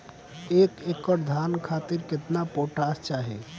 एक एकड़ धान खातिर केतना पोटाश चाही?